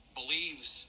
believes